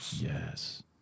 Yes